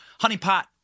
Honeypot